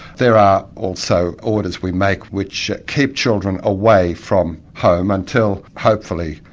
there are also orders we make which keep children away from home until hopefully,